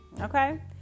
okay